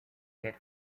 hit